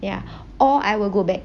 ya or I will go back